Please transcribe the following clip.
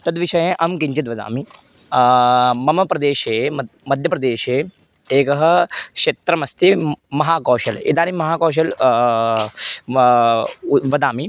तद्विषये अहं किञ्चित् वदामि मम प्रदेशे मद् मध्यप्रदेशे एकं क्षेत्रमस्ति म् महाकौशलं इदानीं महाकौशलं वदामि